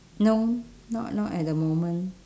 no not not at the moment